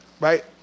Right